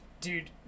dude